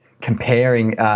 comparing